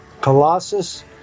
Colossus